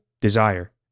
desire